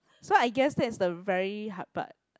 so I guess that's the very hard part